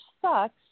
sucks